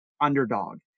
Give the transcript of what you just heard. underdog